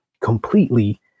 completely